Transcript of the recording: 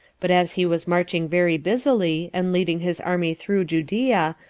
but as he was marching very busily, and leading his army through judea,